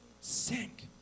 Sink